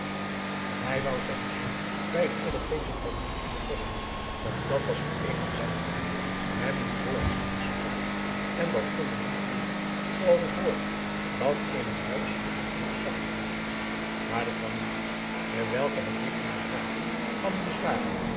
hij wou zijn zoon bij een europeesche familie in den kost doen want dàt was nu eenmaal zijn idée men moest hollandsch kunnen spreken en dat kon men niet leeren zooals het hoort dan in het huis van pur sang hollanders maar de families bij welke hij deed navragen hadden bezwaren